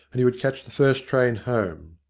and he would catch the first train home.